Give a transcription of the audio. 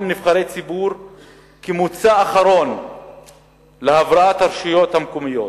נבחרי ציבור כמוצא אחרון להבראת הרשויות המקומיות".